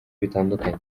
bitandukanye